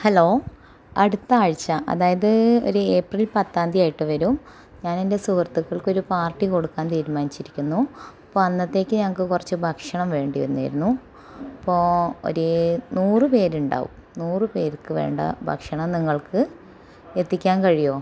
hello അടുത്ത ആഴ്ച്ച അതായത് ഒരു ഏപ്രിൽ പത്താം തിയതി ആയിട്ട് വരും ഞാൻ എൻ്റെ സുഹൃത്തുക്കൾക്ക് ഒരു പാർട്ടി കൊടുക്കാൻ തീരുമാനിച്ചിരിക്കുന്നു അപ്പം അന്നത്തേക്ക് ഞങ്ങൾക്ക് കുറച്ച് ഭക്ഷണം വേണ്ടിവന്നിരുന്നു അപ്പോൾ ഒരു നൂറ് പേരുണ്ടാവും നൂറ് പേർക്ക് വേണ്ട ഭക്ഷണം നിങ്ങൾക്ക് എത്തിക്കാൻ കഴിയുമോ